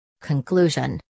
Conclusion